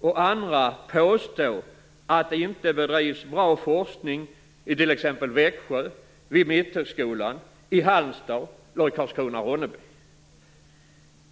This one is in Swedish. och andra påstå att det inte bedrivs bra forskning i t.ex. Växjö, vid Mitthögskolan eller i Halmstad och Karlskrona/Ronneby?